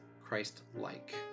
Christ-like